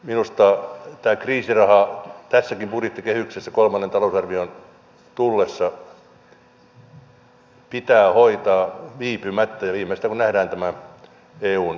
minusta tämä kriisiraha tässäkin budjettikehyksessä kolmannen talousarvion tullessa pitää hoitaa viipymättä ja viimeistään kun nähdään tämä eun tilanne